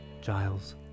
Giles